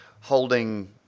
holding